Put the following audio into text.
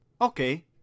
Okay